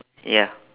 ya